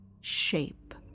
shape